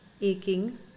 aching